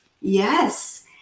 yes